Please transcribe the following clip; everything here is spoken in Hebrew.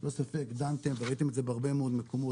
ללא ספק דנתם וראיתם את זה בהרבה מאוד מקומות,